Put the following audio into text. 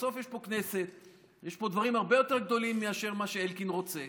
בסוף יש פה הכנסת; יש פה דברים הרבה יותר גדולים מאשר מה שאלקין רוצה,